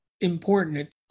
important